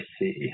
see